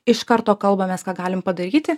iš karto kalbamės ką galim padaryti